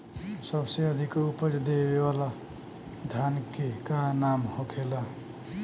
सबसे अधिक उपज देवे वाला धान के का नाम होखे ला?